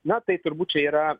na tai turbūt čia yra